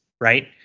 right